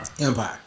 Empire